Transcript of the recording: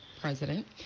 president